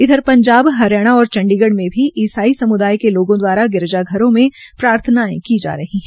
उधर पंजाब हरियाणा और चंडीगढ़ में भी ईसाई सम्दाय के लोगों द्वारा गिरजाघरों में प्रार्थनायें की जा रही है